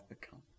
become